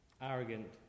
arrogant